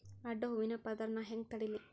ಅಡ್ಡ ಹೂವಿನ ಪದರ್ ನಾ ಹೆಂಗ್ ತಡಿಲಿ?